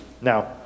Now